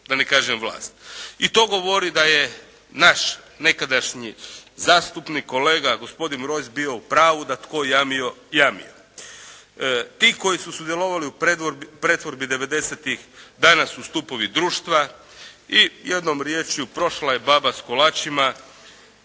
da ne kažem vlast. I to govori da je naš nekadašnji zastupnik, kolega, gospodin Rojs bio u pravu da tko jamio, jamio. Ti koji su sudjelovali u pretvorbi devedesetih danas su stupovi društva i jednom riječju “prošla je baba s kolačima“